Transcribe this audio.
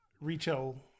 retail